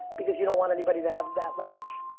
because you don't want anybody to have that leverage.